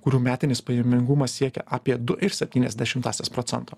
kurių metinis pajamingumas siekia apie du ir septynias dešimtąsias procento